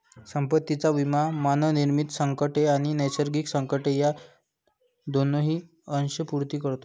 संपत्तीचा विमा मानवनिर्मित संकटे आणि नैसर्गिक संकटे या दोहोंची अंशपूर्ती करतो